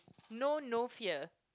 no no fear